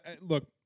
look